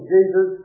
Jesus